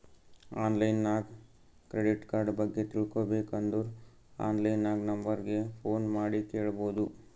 online ನಾಗ್ credit card ಬಗ್ಗೆ ತಿಳ್ಕೋಬೇಕ್ ಅಂದುರ್ ಆನ್ಲೈನ್ ನಾಗ್ ನಂಬರ್ ಗ ಫೋನ್ ಮಾಡಿ ಕೇಳ್ಬೋದು